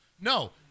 No